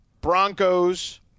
Broncos